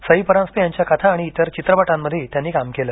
सई परांजपे यांच्या कथा आणि इतर चित्रपटांमधेही त्यांनी काम केलं